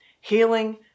healing